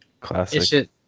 classic